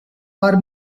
are